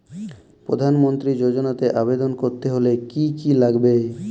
প্রধান মন্ত্রী যোজনাতে আবেদন করতে হলে কি কী লাগবে?